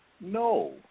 No